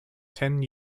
ten